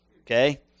Okay